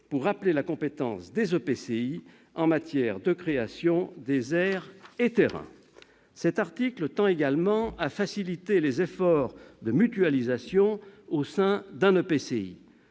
pour rappeler la compétence des EPCI en matière de création des aires et terrains. Cet article tend également à faciliter les efforts de mutualisation au sein d'un EPCI.